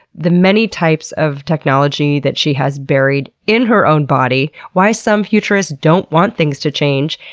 the many types of technology that she has buried in her own body, why some futurists don't want things to change,